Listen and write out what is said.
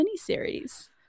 Miniseries